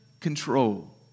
control